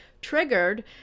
triggered